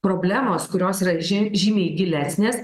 problemos kurios yra žen žymiai gilesnės